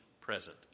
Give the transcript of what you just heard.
present